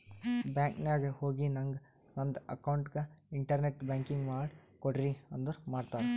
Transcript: bank ನಾಗ್ ಹೋಗಿ ನಂಗ್ ನಂದ ಅಕೌಂಟ್ಗ ಇಂಟರ್ನೆಟ್ ಬ್ಯಾಂಕಿಂಗ್ ಮಾಡ್ ಕೊಡ್ರಿ ಅಂದುರ್ ಮಾಡ್ತಾರ್